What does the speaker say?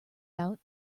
out